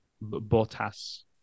Botas